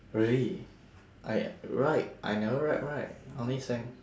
really I right I never rap right I only sang